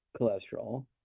cholesterol